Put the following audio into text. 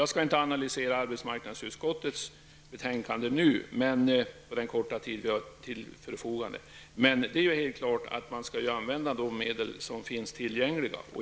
Jag skall inte analysera arbetsmarknadsutskottets betänkande nu på den korta tid som vi har till vårt förfogande. Men man skall givetvis använda de medel som finns tillgängliga.